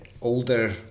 older